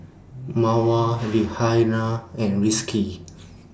Mawar Raihana and Rizqi